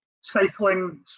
cycling